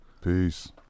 Peace